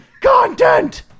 content